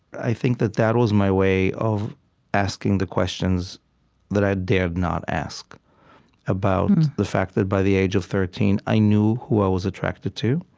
i think that that was my way of asking the questions that i dared not ask about the fact that by the age of thirteen i knew who i was attracted to.